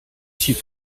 suis